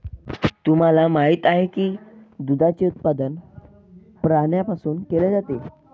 तुम्हाला माहित आहे का की दुधाचे उत्पादन प्राण्यांपासून केले जाते?